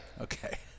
Okay